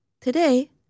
Today